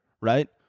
right